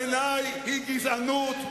תתבייש, בעיני היא גזענות.